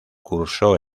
cursó